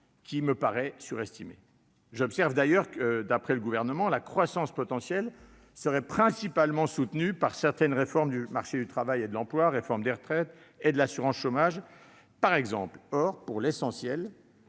qui me paraît surestimée. J'observe que, d'après le Gouvernement, la croissance potentielle serait principalement soutenue par certaines réformes du marché du travail et de l'emploi : réforme des retraites et de l'assurance chômage, par exemple. Or, pour l'essentiel,